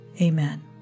Amen